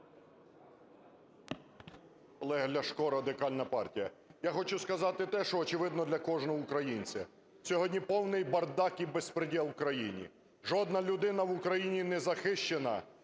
Олег Ляшко, Радикальна партія. Я хочу сказати те, що очевидно для кожного українця: сьогодні повний бардак і беспрєдєл в країні. Жодна людина в Україні не захищена.